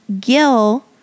Gil